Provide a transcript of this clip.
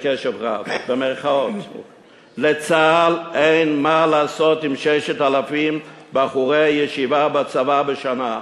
בקשב רב: "לצה"ל אין מה לעשות עם 6,000 בחורי ישיבה בצבא בשנה.